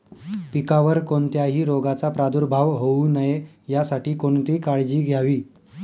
पिकावर कोणत्याही रोगाचा प्रादुर्भाव होऊ नये यासाठी कोणती काळजी घ्यावी?